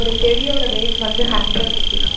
ஒரு செடியோட ரேட் வந்து ஹண்ட்ரட் ருபீஸ்